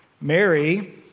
Mary